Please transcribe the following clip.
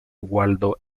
waldo